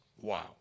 Wow